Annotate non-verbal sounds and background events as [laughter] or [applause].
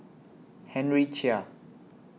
[noise] Henry Chia